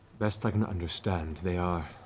best i can understand, they are